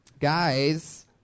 Guys